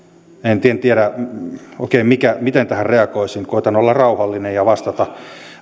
en tiedä oikein miten tähän reagoisin koetan olla rauhallinen ja vastata